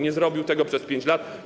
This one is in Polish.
Nie zrobił tego przez 5 lat.